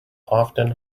often